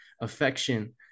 affection